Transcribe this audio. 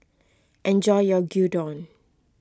enjoy your Gyudon